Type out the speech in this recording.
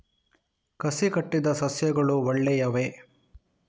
ಕಸಿ ಕಟ್ಟಿದ ಸಸ್ಯಗಳು ಒಳ್ಳೆಯವೇ?